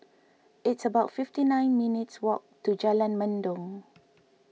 it's about fifty nine minutes' walk to Jalan Mendong